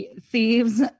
thieves